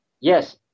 yes